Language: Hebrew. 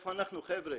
איפה אנחנו, חבר'ה?